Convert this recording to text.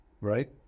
right